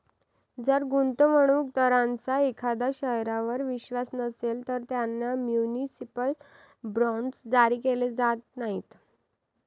जर गुंतवणूक दारांचा एखाद्या शहरावर विश्वास नसेल, तर त्यांना म्युनिसिपल बॉण्ड्स जारी केले जात नाहीत